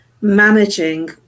managing